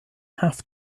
have